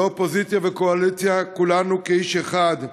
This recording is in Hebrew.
לא אופוזיציה וקואליציה, כולנו כאיש אחד.